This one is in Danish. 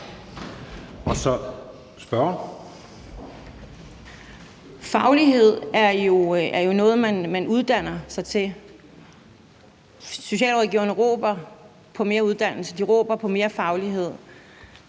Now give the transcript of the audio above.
Faglighed er jo noget, man uddanner sig til, og socialrådgiverne råber på mere uddannelse, og de råber på mere faglighed.